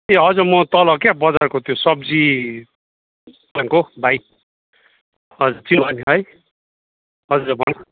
ए हजुर म तल त्यो क्या बजारको सब्जी दोकानको भाइ